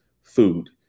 food